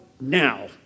now